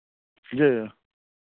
जी